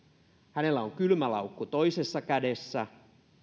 hänellä on kylmälaukku toisessa kädessä